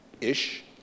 Ish